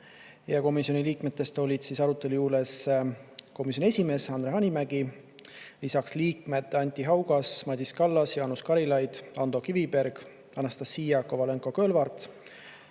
ja komisjoni liikmetest olid arutelu juures komisjoni esimees Andre Hanimägi, lisaks liikmed Anti Haugas, Madis Kallas, Jaanus Karilaid, Ando Kiviberg, Anastassia Kovalenko-Kõlvart,